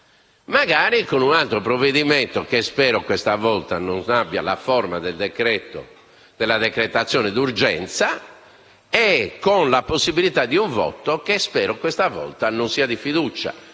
magari con un altro provvedimento che - spero - questa volta non abbia la forma della decretazione d'urgenza e con la possibilità di un voto che - spero - non sarà di fiducia,